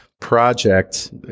project